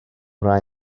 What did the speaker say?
rai